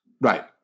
Right